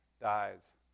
Dies